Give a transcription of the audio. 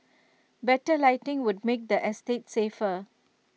better lighting would make the estate safer